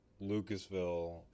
Lucasville